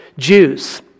Jews